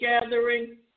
gathering